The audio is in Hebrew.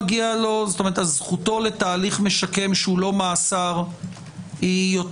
זכותו לתהליך משקם שהוא לא מאסר יותר